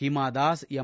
Hima Das M